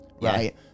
right